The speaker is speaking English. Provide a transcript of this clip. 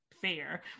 fair